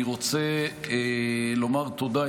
אני רוצה לומר תודה,